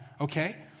okay